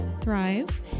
thrive